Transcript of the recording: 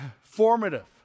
formative